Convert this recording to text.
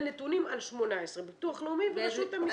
נתונים על 18, מביטוח לאומי ורשות המסים.